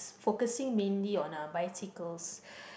focusing mainly on uh bicycles